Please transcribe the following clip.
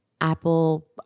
Apple